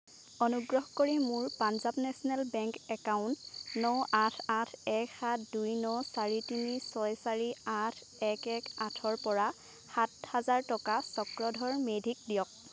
অনুগ্ৰহ কৰি মোৰ পাঞ্জাৱ নেশ্যনেল বেংক একাউণ্ট ন আঠ আঠ এক সাত দুই ন চাৰি আঠ এক এক আঠৰ পৰা সাত হাজাৰ টকা চক্ৰধৰ মেধিক দিয়ক